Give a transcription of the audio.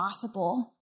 possible